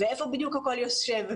ואיפה בדיוק הכול יושב?